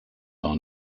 are